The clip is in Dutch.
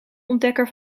ontdekker